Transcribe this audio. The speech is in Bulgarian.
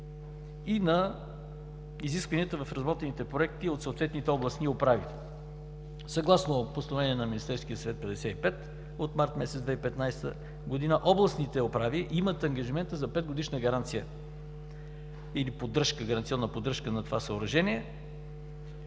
и на изискванията в разработените проекти от съответните областни управи. Съгласно Постановление № 55 от март месец 2015 г. на Министерския съвет областните управи имат ангажимента за 5-годишна гаранция или гаранционна поддръжка на това съоръжение.